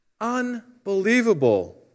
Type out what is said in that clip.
Unbelievable